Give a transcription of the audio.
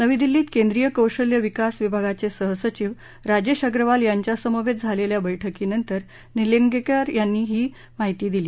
नवी दिल्लीत केंद्रीय कौशल्य विकास विभागाची सहसचिव राजधीअग्रवाल यांच्यासमवतीझालखिा बैठकीनंतर निलंगळि यांनी ही माहिती दिली